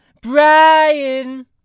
Brian